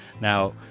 Now